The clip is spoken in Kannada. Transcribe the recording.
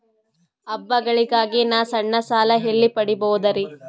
ಹಬ್ಬಗಳಿಗಾಗಿ ನಾ ಸಣ್ಣ ಸಾಲ ಎಲ್ಲಿ ಪಡಿಬೋದರಿ?